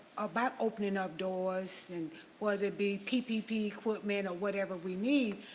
about opening up doors and whether it be ppp equipment or wherever we need,